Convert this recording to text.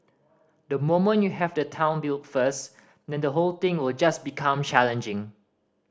the moment you have the town built first then the whole thing will just become challenging